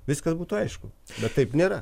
viskas būtų aišku bet taip nėra